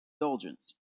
indulgence